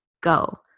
go